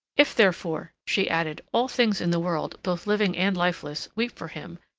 if, therefore, she added, all things in the world, both living and lifeless, weep for him,